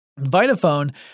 Vitaphone